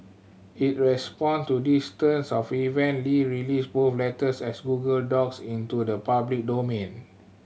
in response to this turns of event Li released both letters as Google Docs into the public domain